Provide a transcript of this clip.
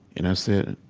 and i said,